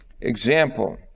example